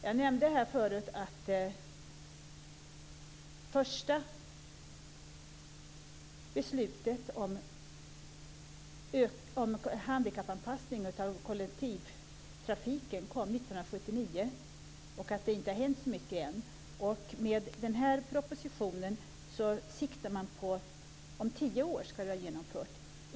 Jag nämnde tidigare att det första beslutet om handikappanpassning av kollektivtrafiken kom 1979 och att det inte har hänt så mycket sedan dess. Propositionen siktar till att den ska vara genomförd om tio år.